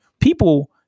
People